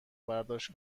برداشت